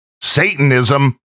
Satanism